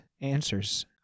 answers